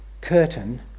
curtain